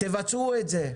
תבצעו את זה.